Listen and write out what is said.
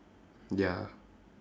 ya